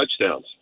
touchdowns